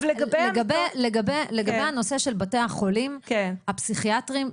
לגבי הנושא של בתי החולים הפסיכיאטרים,